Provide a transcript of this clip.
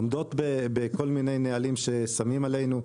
עומדות בכל מיני נהלים ששמים עלינו.